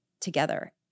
together